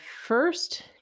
first